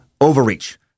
overreach